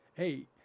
Hey